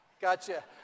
Gotcha